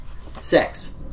sex